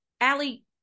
Allie